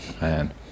man